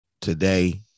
today